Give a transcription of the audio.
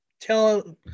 tell